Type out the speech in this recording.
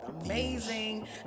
amazing